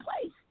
place